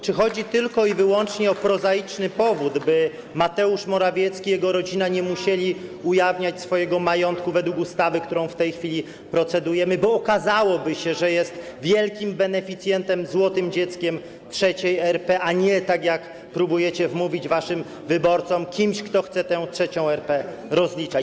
Czy chodzi tylko i wyłącznie o prozaiczny powód, by Mateusz Morawiecki i jego rodzina nie musieli ujawniać swojego majątku zgodnie z ustawą, którą w tej chwili procedujemy, bo okazałoby się, że jest on wielkim beneficjentem, złotym dzieckiem III RP, a nie - tak jak próbujecie wmówić waszym wyborcom - kimś, kto chce tę III RP rozliczać?